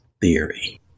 theory